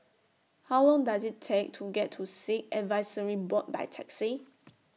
How Long Does IT Take to get to Sikh Advisory Board By Taxi